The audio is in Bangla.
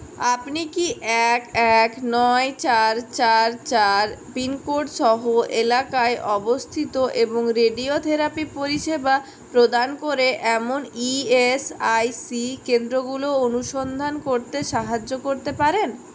আপনি কি এক এক নয় চার চার চার পিনকোড সহ এলাকায় অবস্থিত এবং রেডিওথেরাপি পরিষেবা প্রদান করে এমন ই এস আই সি কেন্দ্রগুলো অনুসন্ধান করতে সাহায্য করতে পারেন